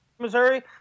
missouri